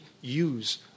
use